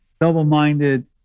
double-minded